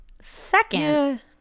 Second